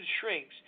shrinks